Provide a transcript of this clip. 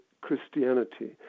Christianity